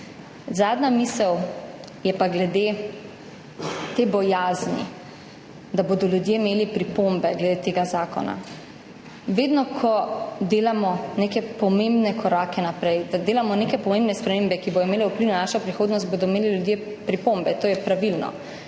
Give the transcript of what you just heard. Zadnja misel pa je glede te bojazni, da bodo imeli ljudje pripombe glede tega zakona. Vedno, ko delamo neke pomembne korake naprej, delamo neke pomembne spremembe, ki bodo imele vpliv na našo prihodnost, bodo imeli ljudje pripombe. To je pravilno.